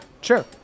Sure